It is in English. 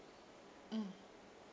mm